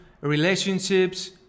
relationships